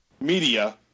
media